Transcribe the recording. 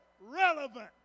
relevant